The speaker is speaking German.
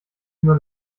nur